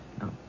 No